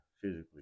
physically